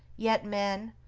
yet men,